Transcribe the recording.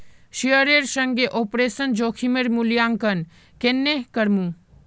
शेयरेर संगे ऑपरेशन जोखिमेर मूल्यांकन केन्ने करमू